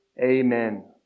Amen